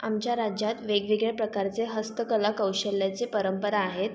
आमच्या राज्यात वेगवेगळ्या प्रकारचे हस्तकला कौशल्याचे परंपरा आहेत